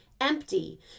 empty